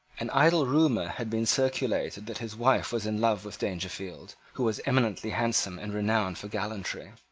an idle rumour had been circulated that his wife was in love with dangerfield, who was eminently handsome and renowned for gallantry.